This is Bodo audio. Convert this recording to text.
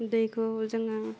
दैखौ जोङो